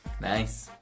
Nice